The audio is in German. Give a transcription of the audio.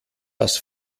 das